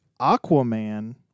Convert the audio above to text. Aquaman